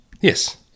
Yes